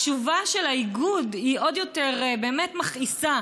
התשובה של האיגוד היא עוד יותר באמת מכעיסה: